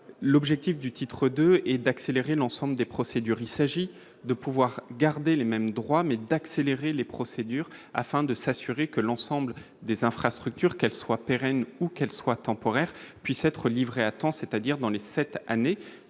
l'objectif du titre de et d'accélérer l'ensemble des procédures, il s'agit de pouvoir garder les mêmes droits mais d'accélérer les procédures afin de s'assurer que l'ensemble des infrastructures qu'elles soient pérennes ou qu'elles soient temporaires puissent être livrés à temps, c'est-à-dire dans les 7 années